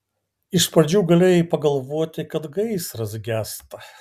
iš pradžių galėjai pagalvoti kad gaisras gęsta